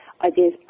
ideas